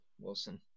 Wilson